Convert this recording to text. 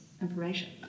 information